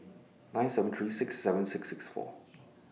nine seven three six seven six six four